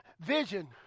Vision